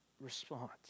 response